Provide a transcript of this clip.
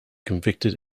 convicted